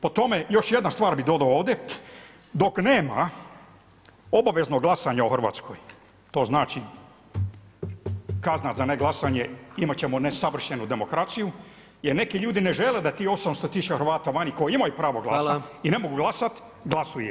Po tome još jedna stvar bi dodao ovde, dok nema obaveznog glasanja u Hrvatskoj, to znači kazna za neglasanje, imat ćemo nesavršenu demokraciju, jer neki ljudi ne žele da tih 800 000 Hrvata vani koji imaju pravo glasa [[Upadica predsjednik: Hvala.]] i ne mogu glasat glasuje.